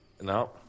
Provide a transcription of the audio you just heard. No